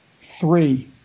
three